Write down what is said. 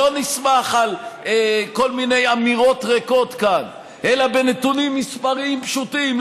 שלא נסמך על כל מיני אמירות ריקות כאן אלא על נתונים מספריים פשוטים,